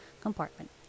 compartment